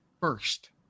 First